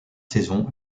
saison